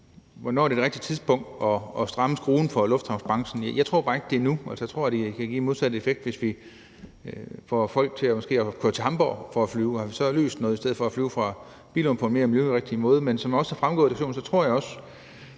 hvornår det er det rigtige tidspunkt at stramme skruen for luftfartsbranchen, er jo svært, men jeg tror bare ikke, det er nu. Jeg tror, det kan give den modsatte effekt, for hvis vi f.eks. får folk til måske at køre til Hamborg for at flyve, har vi så løst noget, i stedet for at flyve fra Billund på en mere miljørigtig måde? Men som det også er fremgået af diskussionen, tror jeg også,